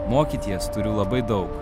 mokyties turiu labai daug